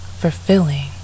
fulfilling